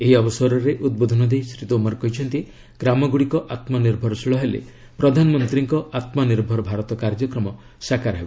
ଏହି ଅବସରରେ ଉଦ୍ବୋଧନ ଦେଇ ଶ୍ରୀ ତୋମର କହିଛନ୍ତି ଗ୍ରାମଗୁଡ଼ିକ ଆତ୍ମନିର୍ଭରଶୀଳ ହେଲେ ପ୍ରଧାନମନ୍ତ୍ରୀଙ୍କ ଆତ୍ମନିର୍ଭର ଭାରତ କାର୍ଯ୍ୟକ୍ରମ ସାକାର ହେବ